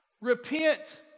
Repent